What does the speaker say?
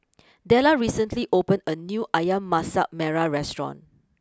Dellar recently opened a new Ayam Masak Merah restaurant